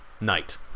knight